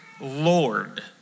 lord